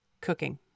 Cooking